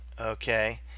okay